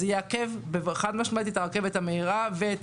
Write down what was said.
זה חד-משמעית יעכב את הרכבת המהירה ואת